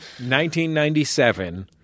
1997-